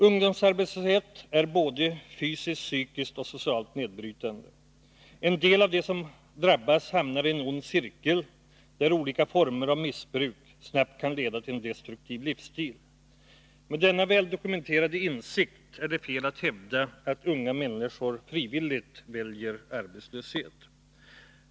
Ungdomsarbetslöshet är både fysiskt, psykiskt och socialt nedbrytande. Vissa av dem som drabbas hamnar i en ond cirkel, där olika former av missbruk snabbt kan leda till en destruktiv livsstil. Med denna väldokumenterade insikt är det felaktigt att hävda att unga människor frivilligt väljer arbetslöshet.